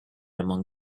among